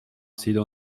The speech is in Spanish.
sido